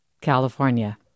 California